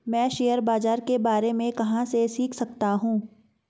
मैं शेयर बाज़ार के बारे में कहाँ से सीख सकता हूँ?